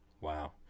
Wow